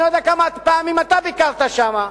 אני לא יודע כמה פעמים אתה ביקרת שם,